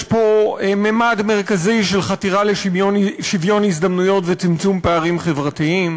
יש פה ממד מרכזי של חתירה לשוויון הזדמנויות וצמצום פערים חברתיים,